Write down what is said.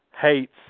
hates